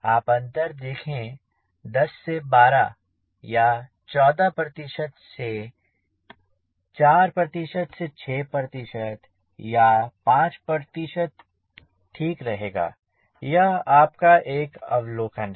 आप अंतर देखें 10 से 12 या 14 से 4 से 6 या 5 ठीक रहेगा यह आपका एक अवलोकन है